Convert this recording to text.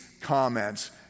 comments